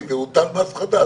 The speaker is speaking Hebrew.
מועצה מאסדרת,